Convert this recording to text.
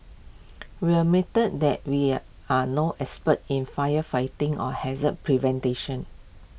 we admit that we are no experts in firefighting or haze